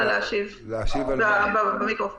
זה לא תקדימי במובן הזה.